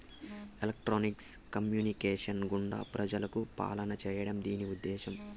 electronics communications గుండా ప్రజలకు పాలన చేయడం దీని ఉద్దేశం